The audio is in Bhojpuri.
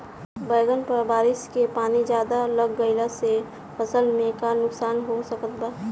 बैंगन पर बारिश के पानी ज्यादा लग गईला से फसल में का नुकसान हो सकत बा?